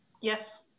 Yes